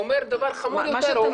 הוא אומר דבר חמור יותר.